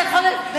אתה יכול באמת,